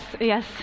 yes